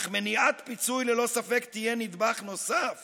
אך מניעת פיצוי תהיה ללא ספק נדבך נוסף